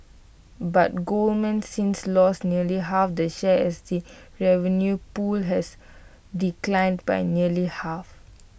but Goldman since lost nearly half that share as the revenue pool has declined by nearly half